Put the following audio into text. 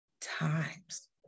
times